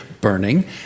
burning